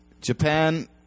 Japan